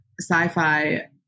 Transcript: sci-fi